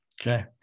Okay